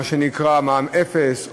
מה שנקרא מע"מ אפס,